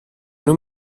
non